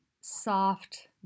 soft